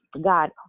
God